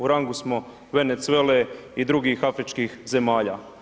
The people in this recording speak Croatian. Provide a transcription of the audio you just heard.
U rangu smo Venezuele i drugih afričkih zemalja.